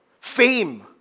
fame